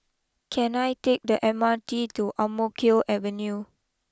can I take the M R T to Ang Mo Kio Avenue